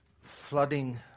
flooding